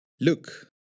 Look